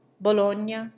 bologna